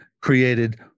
created